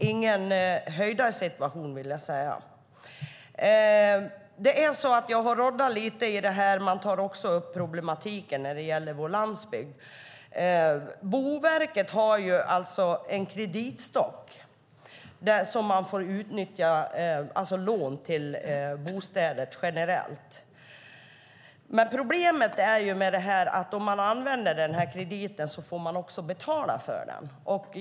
Ingen höjdarsituation, vill jag säga. Jag har råddat lite i problematiken när det gäller vår landsbygd. Boverket har alltså en kreditstock som får utnyttjas som lån till bostäder generellt. Problemet med det är ju att om man använder den här krediten får man också betala för den.